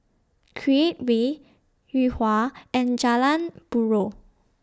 Create Way Yuhua and Jalan Buroh